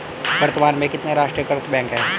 वर्तमान में कितने राष्ट्रीयकृत बैंक है?